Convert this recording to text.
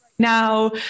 now